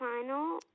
final